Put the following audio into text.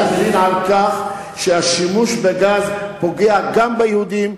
אני מלין על כך שהשימוש בגז פוגע גם ביהודים,